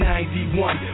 91